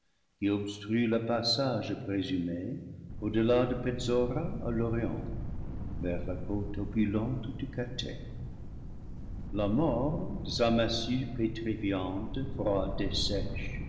qui obstruent le passage présumé au-delà de petzora à l'orient vers la côte opulente du cathai la mort de sa massue pétrifiante froide et